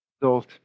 result